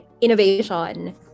innovation